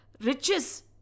riches